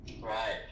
Right